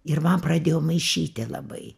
ir man pradėjo maišyti labai